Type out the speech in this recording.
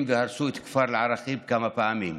והרסו את הכפר אל-עראקיב כמה פעמים.